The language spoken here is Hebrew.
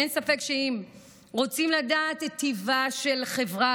אין ספק שאם רוצים לדעת את טיבה של חברה